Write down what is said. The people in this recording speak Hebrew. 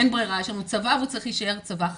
אין ברירה, יש לנו צבא והוא צריך להישאר צבא חזק.